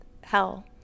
hell